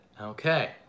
Okay